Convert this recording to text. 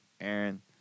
Aaron